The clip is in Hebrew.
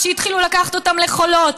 כשהתחילו לקחת אותם לחולות,